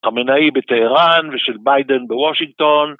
חמינאי בטהראן ושל ביידן בוושינגטון